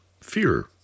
fear